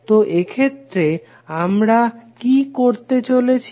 তো এক্ষেত্রে আমরা কি করতে চলেছি